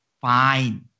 Fine